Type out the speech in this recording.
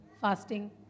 fasting